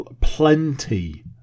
plenty